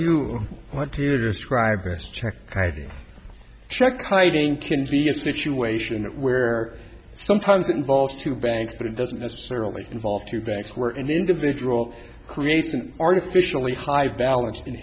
you want to describe this check check kiting can be a situation where sometimes that involves two banks but it doesn't necessarily involve two banks were in individual creates an artificially high balance in